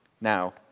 Now